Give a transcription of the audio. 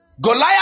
Goliath